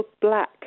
black